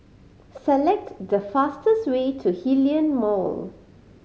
select the fastest way to Hillion Mall